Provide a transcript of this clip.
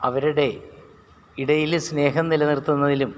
അവരുടെ ഇടയിൽ സ്നേഹം നില നിർത്തുന്നതിലും